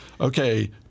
okay